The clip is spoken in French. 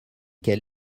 quel